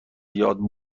یاد